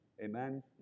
Amen